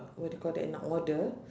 what do you called nak order